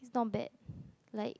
not bad like